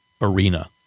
arena